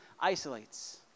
isolates